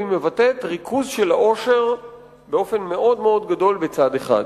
והיא מבטאת ריכוז של העושר באופן קיצוני בצד אחד.